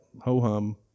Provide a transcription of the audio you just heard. ho-hum